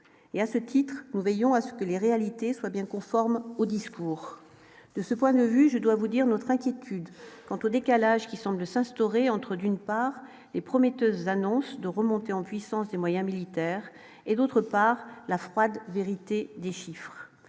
et à ce titre, nous veillons à ce que les réalités soit bien conforme au discours de ce poids ne vu je dois vous dire notre inquiétude quant au décalage qui semble s'instaurer entre d'une part et prometteuse annonce de remontée en puissance des moyens militaires et d'autre part la froide vérité des chiffres,